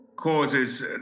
Causes